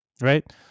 Right